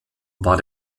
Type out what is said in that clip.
war